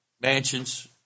mansions